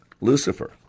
Lucifer